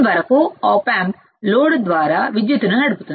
వరకు op amp load ద్వారా విద్యుత్తును నడుపుతుంది